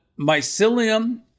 mycelium